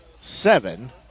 seven